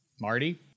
Marty